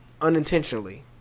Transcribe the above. unintentionally